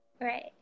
Right